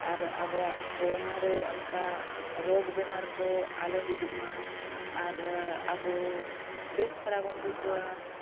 ᱟᱨ ᱟᱵᱚᱣᱟᱜ ᱦᱚᱲᱢᱚᱨᱮ ᱚᱱᱠᱟ ᱨᱳᱜᱽ ᱵᱮᱢᱟᱨ ᱠᱚ ᱟᱞᱚ ᱦᱤᱡᱩᱜᱼᱢᱟ ᱟᱨ ᱟᱵᱚ ᱵᱮᱥ ᱫᱷᱟᱨᱟᱵᱚᱱ ᱵᱩᱡᱷᱟᱹᱣᱟ